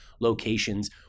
locations